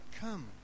come